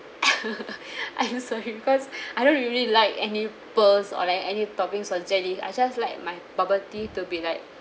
I'm sorry because I don't really like any pearls or like any toppings or jelly I just like my bubble tea to be like